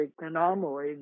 anomaly